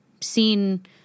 seen